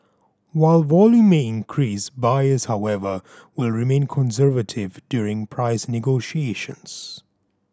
while volume may increase buyers however will remain conservative during price negotiations